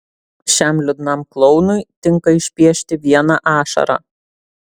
šiam liūdnam klounui tinka išpiešti vieną ašarą